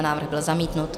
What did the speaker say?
Návrh byl zamítnut.